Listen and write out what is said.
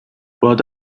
باد